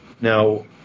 Now